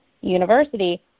University